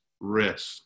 risk